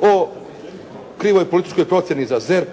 o krivoj političkoj procjeni za ZERP,